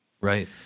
Right